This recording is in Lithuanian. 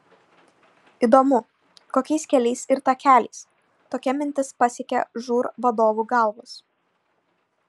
įdomu kokiais keliais ir takeliais tokia mintis pasiekė žūr vadovų galvas